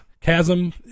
chasm